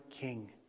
king